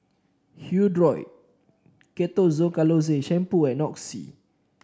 Hirudoid Ketoconazole Shampoo and Oxy